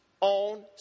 on